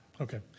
Okay